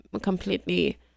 completely